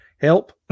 help